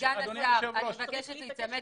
אדוני היושב-ראש --- אני מבקשת להיצמד